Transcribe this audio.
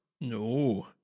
No